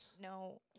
No